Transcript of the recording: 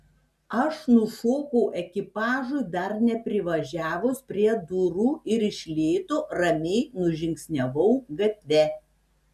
aš nušokau ekipažui dar neprivažiavus prie durų ir iš lėto ramiai nužingsniavau gatve